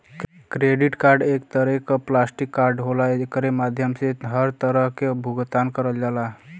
credit card एक तरे क प्लास्टिक कार्ड होला एकरे माध्यम से हर तरह क भुगतान करल जाला